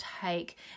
take